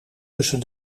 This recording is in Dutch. tussen